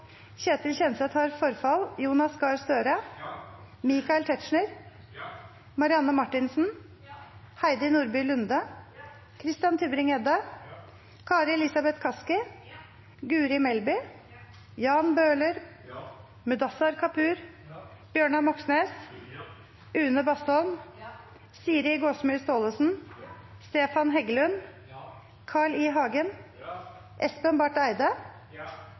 Jonas Gahr Støre, Michael Tetzschner, Marianne Marthinsen, Heidi Nordby Lunde, Christian Tybring-Gjedde, Kari Elisabeth Kaski, Guri Melby, Jan Bøhler, Mudassar Kapur, Bjørnar Moxnes, Une Bastholm, Siri Gåsemyr Staalesen, Stefan Heggelund, Carl I. Hagen, Espen Barth Eide,